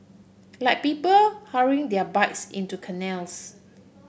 like people hurrying their bikes into canals